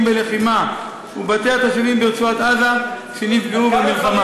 בלחימה ובתי התושבים ברצועת-עזה שנפגעו במלחמה.